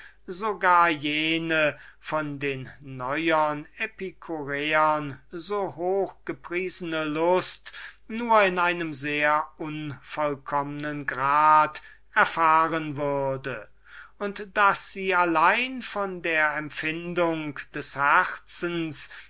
jene von den neuern epicuräern so hoch gepriesene wollust nur in einem sehr unvollkommnen grade erfahren würde und daß diese allein von der empfindung des herzens